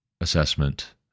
assessment